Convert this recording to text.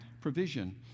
provision